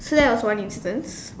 so that was one instance